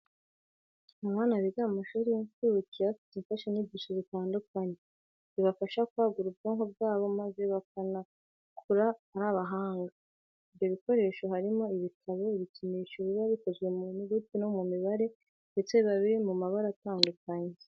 Abana biga mu mashuri y'incuke baba bafite imfashanyigisho zitandukanye, zibafasha kwagura ubwonko bwabo maze bakazakura ari abahanga. Ibyo bikoresho harimo ibitabo, ibikinisho biba bikozwe mu nyuguti no mu mibare ndetse biba biri no mu mabara atandukanye.